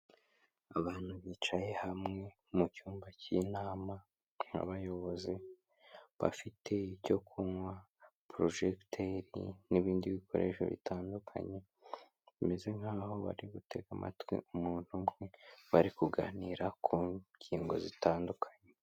Abantu bicaye hamwe mu cyumba cy'inama, hari bayobozi bafite icyo kunywa, porojegiteri n'ibindi bikoresho bitandukanye ,bimeze nk'aho bari gutega amatwi umuntu umwe, bari kuganira ku ngingo zitandukanye.